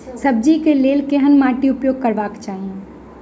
सब्जी कऽ लेल केहन माटि उपयोग करबाक चाहि?